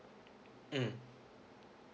mm